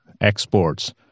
exports